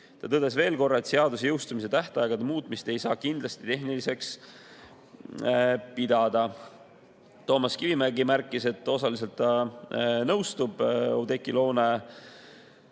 Ta tõdes veel kord, et seaduse jõustumise tähtaegade muutmist ei saa kindlasti tehniliseks pidada. Toomas Kivimägi märkis, et osaliselt ta nõustub Oudekki Loone